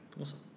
Awesome